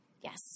Yes